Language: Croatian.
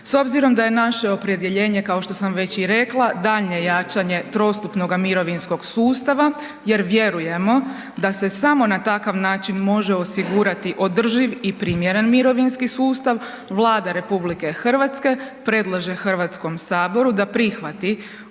S obzirom da je naše opredjeljenje kao što sam već i rekla, daljnje jačanje trostupnoga mirovinskog sustava jer vjerujemo da se samo na takav način može osigurati održiv i primjeren mirovinski sustav, Vlada RH predlaže HS-u da prihvati